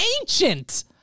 Ancient